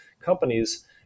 companies